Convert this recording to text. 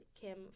Kim